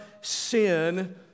sin